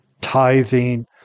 tithing